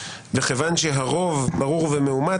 וכיון שהרוב ברור ומאומת,